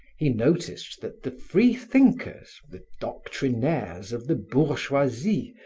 he noticed that the free thinkers, the doctrinaires of the bourgeoisie,